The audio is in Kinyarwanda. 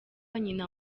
nyina